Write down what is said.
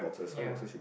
ya